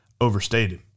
overstated